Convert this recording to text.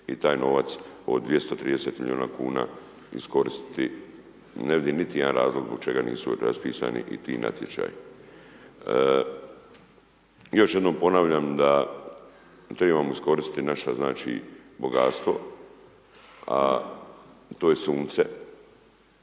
i taj novac od 230 milijuna kuna iskoristiti. Ne vidim niti jedan razlog zbog čega nisu raspisani i ti natječaji. Još jednom ponavljam da treba iskoristiti naše znači, bogatstvo, a to je sunce,